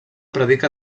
predica